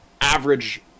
average